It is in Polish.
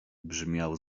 brzmiał